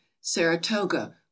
Saratoga